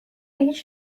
هیچ